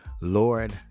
Lord